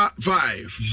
five